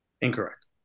Incorrect